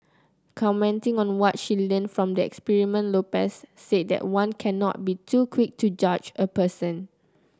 commenting on what she learnt from the experiment Lopez said that one cannot be too quick to judge a person